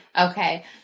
okay